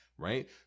Right